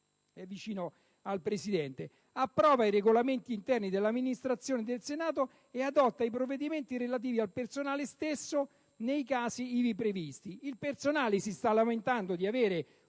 articolo 12, «approva i Regolamenti interni dell'Amministrazione del Senato e adotta i provvedimenti relativi al personale stesso nei casi ivi previsti;». Il personale si sta lamentando di avere